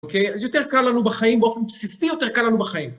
אוקיי? אז יותר קל לנו בחיים, באופן בסיסי יותר קל לנו בחיים.